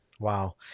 Wow